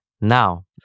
Now